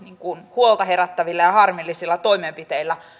huolta herättävillä ja harmillisilla toimenpiteillä